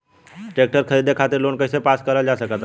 Tractor खरीदे खातीर loan कइसे पास करल जा सकेला?